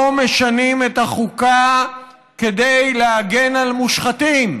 לא משנים את החוקה כדי להגן על מושחתים,